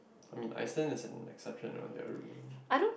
I mean like I stand as an exception on that route